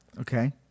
Okay